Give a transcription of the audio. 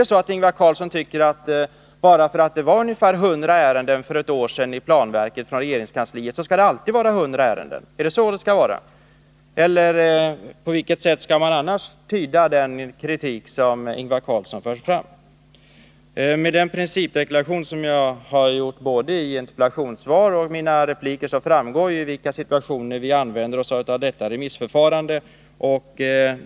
Tycker Ingvar Carlsson att det alltid skall vara 100 ärenden, bara därför att det för ett år sedan förekom ungefär 100 ärenden i planverket från regeringskansliet. På vilket sätt skall man annars tyda den kritik som Ingvar Carlsson fört fram? Av den principdeklaration som jag har redovisat både i mitt interpellationssvar och i mina repliker framgår det i vilka situationer vi använder oss av detta remissförfarande.